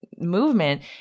movement